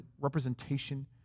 representation